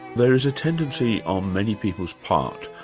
there is a tendency on many people's part